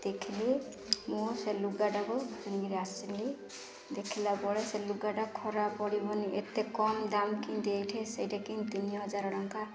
ଦେଖିଲି ମୁଁ ସେ ଲୁଗାଟାକୁ ଆାଣିକିରି ଆସିଲି ଦେଖିଲା ବଳେ ସେ ଲୁଗାଟା ଖରାପ ପଡ଼ିବନି ଏତେ କମ୍ ଦାମ୍ କି ଦେଇଛି ସେଇଟାକୁ ତିନି ହଜାର ଟଙ୍କା